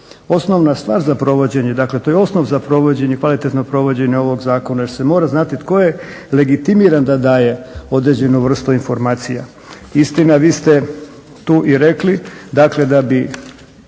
osnovna stvar za provođenje, dakle to je osnov za provođenje, kvalitetno provođenje ovog zakona jer se mora znati tko je legitimiran da daje određenu vrstu informacija. Istina vi ste tu i rekli, dakle da bi